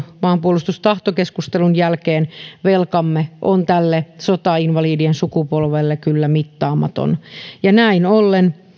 maanpuolustustahtokeskustelun jälkeen että velkamme on tälle sotainvalidien sukupolvelle kyllä mittaamaton ja näin ollen